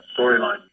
storyline